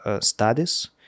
studies